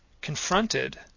confronted